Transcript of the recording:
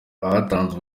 abatanze